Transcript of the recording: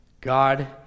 God